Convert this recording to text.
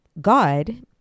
God